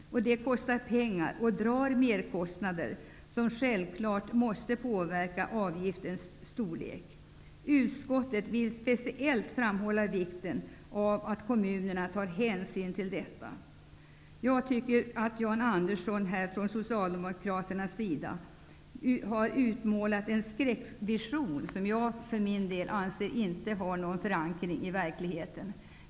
Detta kostar pengar och drar merkostnader som självfallet måste påverka avgiftens storlek. Utskottet vill speciellt framhålla vikten av att kommunerna tar hänsyn till detta. Jag tycker att Jan Andersson här har målat en skräckvision som jag inte anser har någon förankring i verkligheten.